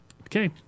Okay